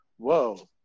whoa